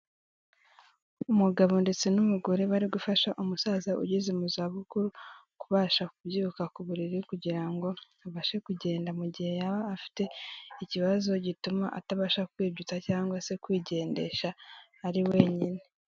Umugabo ndetse n'umugore bari gufasha umusaza ugeze mu zabukuru kubasha kubyuka ku buriri kugira ngo abashe kugenda mu gihe yaba afite ikibazo gituma atabasha kwibyutsa cyangwa se kwigendesha ari wenyine.